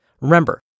Remember